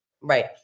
Right